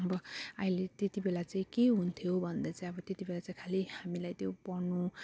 अब अहिले त्यत्ति बेला चाहिँ के हुन्थ्यो भन्दा चाहिँ अब त्यत्ति बेला चाहिँ खाली हामीलाई त्यो पढ्नु